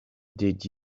did